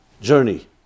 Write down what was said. journey